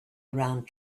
around